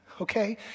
okay